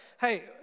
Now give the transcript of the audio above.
hey